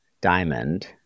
Diamond